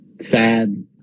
sad